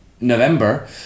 November